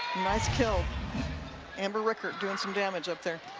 nice kill amber rickert doing some damage up there.